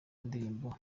indirimbo